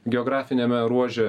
geografiniame ruože